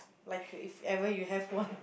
like you if ever you have one